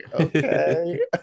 okay